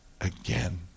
again